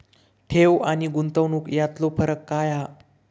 ठेव आनी गुंतवणूक यातलो फरक काय हा?